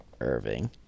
Irving